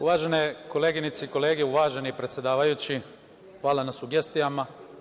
Uvažene koleginice i kolege, uvaženi predsedavajući, hvala na sugestijama.